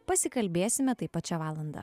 pasikalbėsime taip pat šią valandą